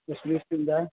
ಎಷ್ಟು ದಿವ್ಸದಿಂದ